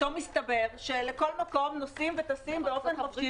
פתאום הסתבר שלכל מקום טסים באופן חופשי,